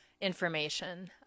information